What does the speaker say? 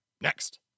Next